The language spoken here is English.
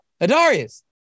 Adarius